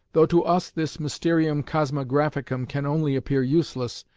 though to us this mysterium cosmographicum can only appear useless,